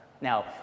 Now